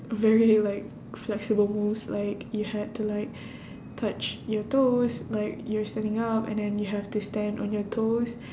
very like flexible moves like you had to like touch your toes like you're standing up and then you have to stand on your toes